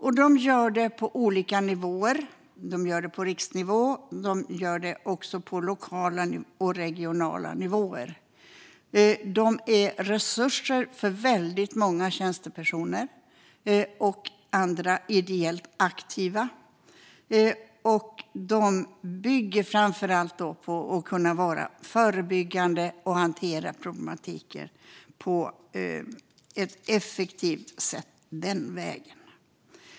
Detta gör de på olika nivåer - på riksnivå men också på lokal och regional nivå. De utgör en resurs för många tjänstepersoner och ideellt aktiva, och framför allt agerar de förebyggande och hanterar problematik på ett effektivt sätt den vägen.